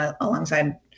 alongside